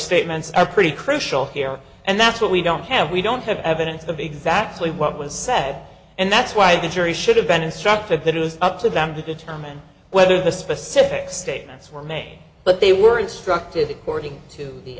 statements are pretty crucial here and that's what we don't have we don't have evidence of exactly what was said and that's why the jury should have been instructed that it was up to them to determine whether the specific statements were made but they were instructed according to the